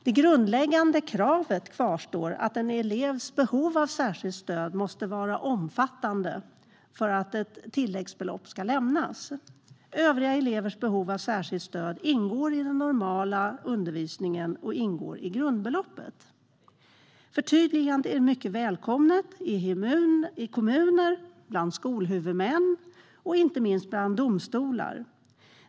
Det grundläggande kravet kvarstår, det vill säga att en elevs behov av särskilt stöd måste vara omfattande för att ett tilläggsbelopp ska lämnas. Övriga elevers behov av särskilt stöd ingår i den normala undervisningen och ingår i grundbeloppet. Förtydligandet är mycket välkommet i kommuner, bland skolhuvudmän och inte minst bland domstolar.